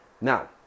Now